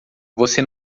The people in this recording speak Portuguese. você